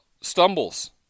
stumbles